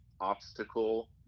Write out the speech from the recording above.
obstacle